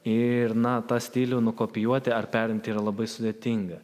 ir na tą stilių nukopijuoti ar perimti yra labai sudėtinga